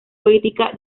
política